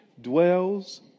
dwells